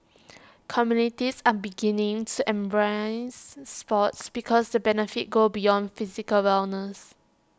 communities are beginning to embrace sports because the benefits go beyond physical wellness